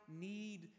need